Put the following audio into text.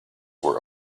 were